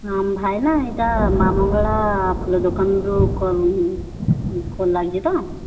ହଁ ଭାଇନା ଏଇଟା ମା' ମଙ୍ଗଳା ଫୁଲ ଦୋକାନରୁ କଲ୍ କଲ୍ ଲାଗିଛି ତ